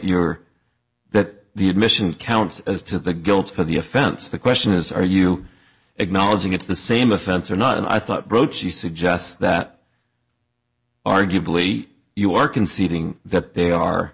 you're that the admission counts as to the guilt for the offense the question is are you acknowledging it's the same offense or not and i thought broach she suggests that arguably you are conceding that they are